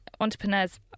entrepreneurs